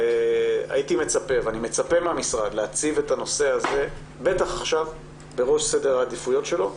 אני מצפה מהמשרד להציב את הנושא הזה בראש סדר העדיפויות שלו,